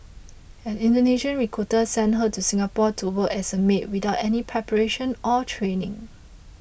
an Indonesian recruiter sent her to Singapore to work as a maid without any preparation or training